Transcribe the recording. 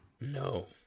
No